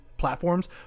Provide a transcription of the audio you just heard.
platforms